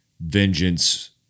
vengeance